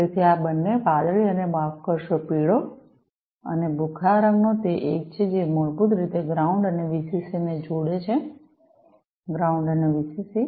તેથી આ બંને વાદળી અને માફ કરશો પીળો અને ભૂખરા રંગના રંગો તે એક છે જે મૂળભૂત રીતે ગ્રાઉંડ અને વીસીસી ને જોડે છે ગ્રાઉંડ અને વીસીસી